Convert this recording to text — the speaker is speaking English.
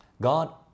God